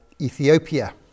Ethiopia